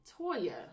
Toya